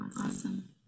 Awesome